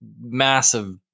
massive